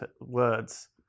words